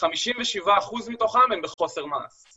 57% מתוכם הם בחוסר מעש,